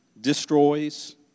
destroys